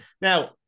now